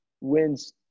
wins